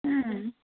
হুম